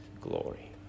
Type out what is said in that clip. glory